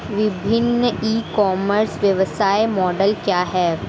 विभिन्न e commerce व्यवसाय model क्या हैं?